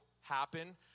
happen